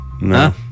no